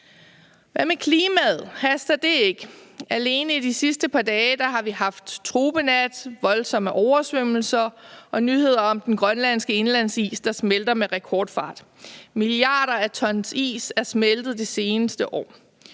Hvad med klimaet? Haster det ikke? Alene i de sidste par dage har vi haft tropenat, voldsomme oversvømmelser og nyheder om den grønlandske indlandsis, der smelter med rekordfart, milliarder af tons is er smeltet det seneste år.